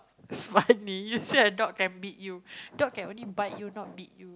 smart knee you sure a dog can beat you dog can only bite you not beat you